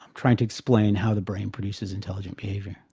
trying to explain how the brain produces intelligent behaviour.